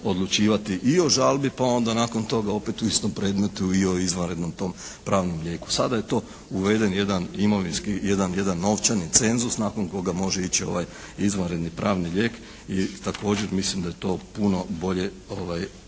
i o žalbi pa onda nakon toga opet u istom predmetu i o izvanrednom tom pravnom lijeku. Sada je to uveden jedan imovinski, jedan novčani cenzus nakon koga može ići ovaj izvanredni pravni lijek i također mislim da je to puno bolje,